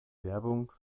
werbung